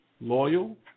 loyal